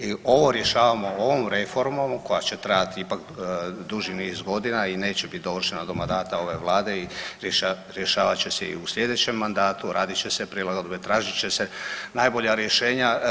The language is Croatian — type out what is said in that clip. I ovo rješavamo ovom reformom koja će trajati ipak duži niz godina i neće biti dovršena do mandata ove vlade i rješavat će se i u slijedećem mandatu, radit će se prilagodbe, tražit će se najbolja rješenja.